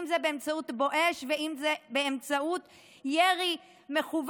אם זה באמצעות בואש ואם זה באמצעות ירי מכוון,